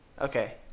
Okay